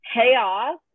payoff